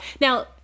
Now